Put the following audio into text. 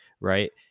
right